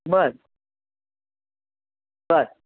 बरं बरं